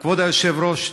כבוד היושב-ראש,